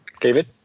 David